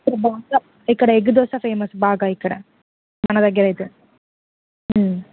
ఇక్కడ దోశ ఇక్కడ egg dosa famous బాగా ఇక్కడ మన దగ్గర అయితే